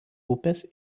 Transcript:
upės